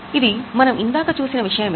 ఇది మనం ఇందాక చూసిన విషయమే